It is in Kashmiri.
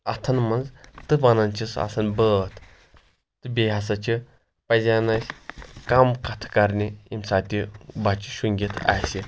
اتھن منٛز تہٕ ونان چھِ سُہ آسان بٲتھ تہٕ بیٚیہِ ہسا چھِ پزن اسہِ کم کتھ کرنہِ ییٚمہِ ساتہٕ تہِ بچہِ شِینِگتھ آسہِ